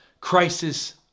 Crisis